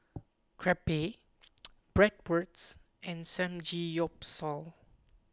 Crepe Bratwurst and Samgeyopsal